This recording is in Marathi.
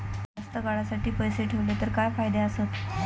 जास्त काळासाठी पैसे ठेवले तर काय फायदे आसत?